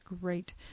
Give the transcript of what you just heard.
great